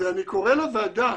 ואני קורא לוועדה